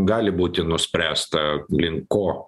gali būti nuspręsta link ko